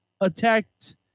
attacked